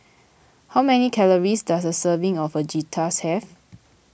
how many calories does a serving of Fajitas have